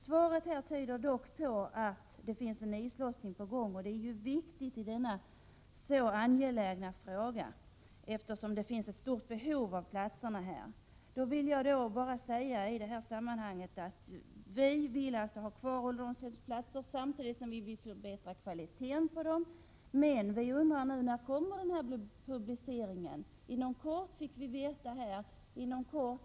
Svaret tyder dock på att det är en islossning på gång, och det är viktigt i denna angelägna fråga, eftersom det finns ett stort behov av dessa platser. Jag vill bara i det sammanhanget säga: Vi vill ha kvar ålderdomshemsplatser, samtidigt som vi vill förbättra kvaliteten på dem. Men vi undrar nu: När kommer denna publicering att ske? Vi fick nu veta att det kommer att ske inom kort.